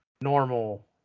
normal